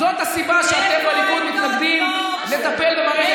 זאת הסיבה שאתם בליכוד מתנגדים לטפל במערכת